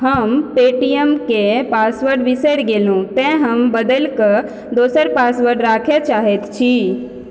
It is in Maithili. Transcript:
हम पेटीएमके पासवर्ड बिसरि गेलहुँ तेँ हम बदलिकऽ दोसर पासवर्ड राखऽ चाहै छी